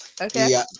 Okay